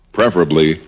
preferably